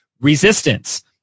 Resistance